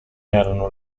erano